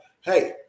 Hey